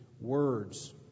words